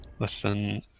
Listen